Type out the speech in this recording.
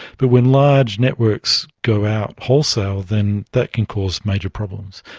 but when larg networks go out wholesale then that can cause major problems.